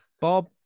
Bob